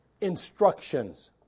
instructions